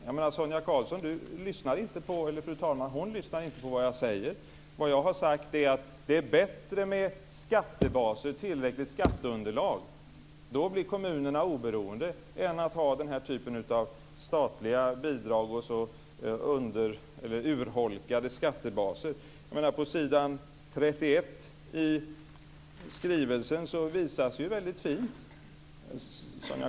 Fru talman! Självklart har jag inte ifrågasatt det. Sonia Karlsson lyssnar inte på vad jag säger, fru talman. Vad jag har sagt är att det är bättre att ha skattebaser med ett tillräckligt skatteunderlag - då blir nämligen kommunerna oberoende - än den här typen av statliga bidrag och urholkade skattebaser.